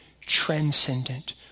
transcendent